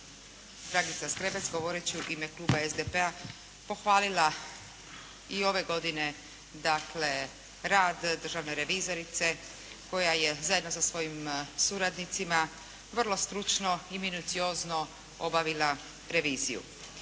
Dragica Zgrebec govoreći u ime kluba SDP-a pohvalila i ove godine dakle rad državne revizorice koja je zajedno sa svojim suradnicima vrlo stručno i minuciozno obavila reviziju.